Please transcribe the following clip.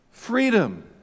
Freedom